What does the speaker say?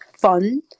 fun